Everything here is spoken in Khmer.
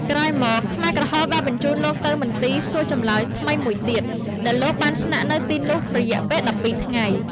ក្រោយមក ខ្មែរក្រហមបានបញ្ជូនលោកទៅមន្ទីរសួរចម្លើយថ្មីមួយទៀត ដែលលោកបានស្នាក់នៅទីនោះរយៈពេល ១២ ថ្ងៃ។